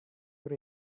what